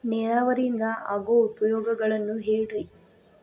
ನೇರಾವರಿಯಿಂದ ಆಗೋ ಉಪಯೋಗಗಳನ್ನು ಹೇಳ್ರಿ